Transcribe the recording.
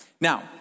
Now